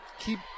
keep